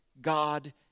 God